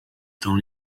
dans